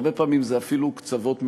הרבה פעמים זה אפילו קצוות מנוגדים.